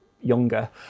younger